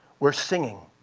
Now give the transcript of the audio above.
were singing.